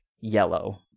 yellow